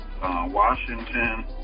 Washington